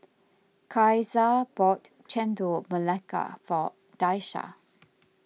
Caesar bought Chendol Melaka for Daisha